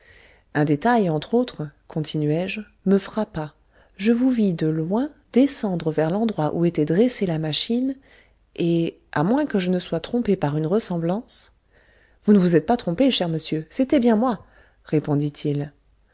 un détail entre autres continuai-je me frappa je vous vis de loin descendre vers l'endroit où était dressée la machine et à moins que je ne sois trompé par une ressemblance vous ne vous êtes pas trompé cher monsieur c'était bien moi